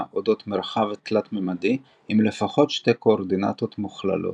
אודות מרחב תלת-ממדי עם לפחות שתי קואורדינטות מוכללות.